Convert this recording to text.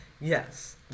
yes